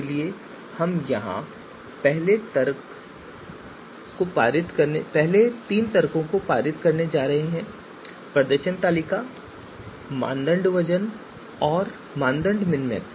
इसलिए हम यहां पहले तीन तर्कों को पारित करने जा रहे हैं प्रदर्शन तालिका मानदंड वजन और मानदंड मिनमैक्स